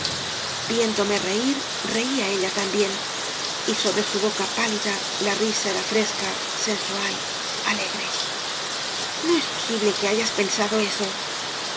viéndome reír reía ella también y sobre su boca pálida la risa era fresca sensual alegre n es posible que hayas pensado eso